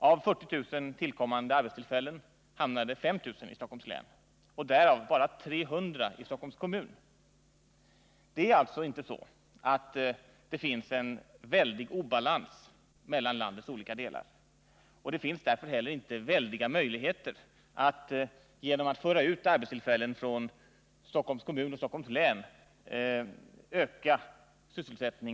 Av 40 000 tillkommande arbetstillfällen hamnade 5 000 i Stockholms län och därav bara 300 i Stockholms kommun. Det finns alltså inte en väldig obalans mellan landets olika delar, och det finns därför inte heller några stora möjligheter att genom att föra ut arbetstillfällen från Stockholms kommun och län öka s Fru talman!